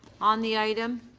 on the item.